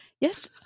Yes